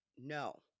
No